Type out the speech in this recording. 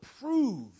prove